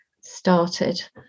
started